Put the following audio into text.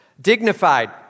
dignified